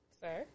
Sir